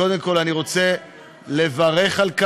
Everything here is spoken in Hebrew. קודם כול אני רוצה לברך על כך,